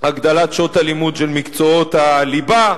הגדלת מספר שעות הלימוד של מקצועות הליבה,